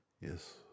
Yes